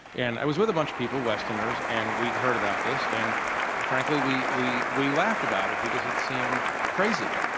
and i was with a bunch of people, westerners, and we heard about this. and frankly, we we laughed about it because it seemed crazy,